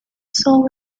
sole